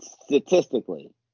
statistically